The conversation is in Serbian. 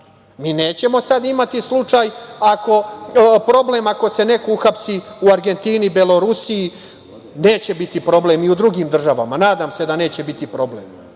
i nećemo sad imati problem ako se neko uhapsi u Argentini, Belorusiji, neće biti problem ni u drugim državama. Nadam se da neće biti problem. Dakle,